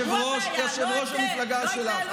הוא הבעיה, לא אתם, יושב-ראש המפלגה שלך.